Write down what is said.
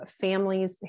families